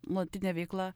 nuolatinė veikla